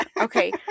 Okay